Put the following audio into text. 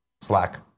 Slack